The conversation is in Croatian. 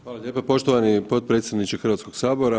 Hvala lijepo poštovani potpredsjedniče Hrvatskog sabora.